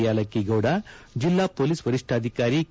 ಯಾಲಕ್ಕಿಗೌಡ ಜಿಲ್ಲಾ ಪೊಲೀಸ್ ವರಿಷ್ಠಾಧಿಕಾರಿ ಕೆ